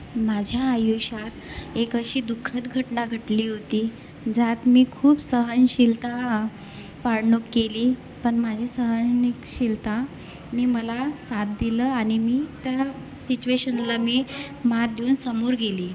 माझ्या आयुष्यात एक अशी दुःखद घटना घटली होती ज्यात मी खूप सहनशीलता पाळणूक केली पण माझी सहनशीलतानी मला साथ दिलं आणि मी त्या सिच्युएशनला मी मात देऊन समोर गेली